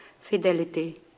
fidelity